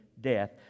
death